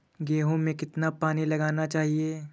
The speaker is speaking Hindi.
गेहूँ में कितना पानी लगाना चाहिए?